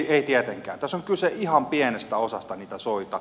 tässä on kyse ihan pienestä osasta niitä soita